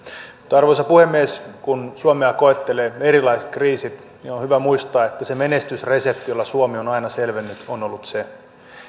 arvoisa puhemies kun suomea koettelevat erilaiset kriisit on on hyvä muistaa että se menestysresepti jolla suomi on aina selvinnyt on ollut se